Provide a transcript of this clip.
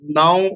now